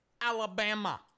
Alabama